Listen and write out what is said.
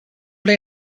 play